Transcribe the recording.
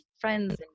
friends